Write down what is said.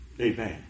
Amen